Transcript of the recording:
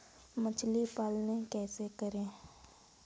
मछली पालन कैसे करें?